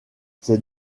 ces